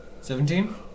Seventeen